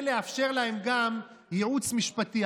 ולאפשר להם גם ייעוץ משפטי.